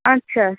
আচ্ছা